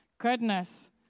goodness